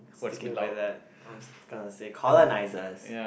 sticking by that I'm gonna to say colonisers